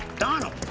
donald.